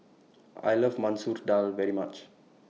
I like Masoor Dal very much